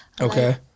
Okay